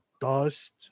Dust